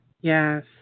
yes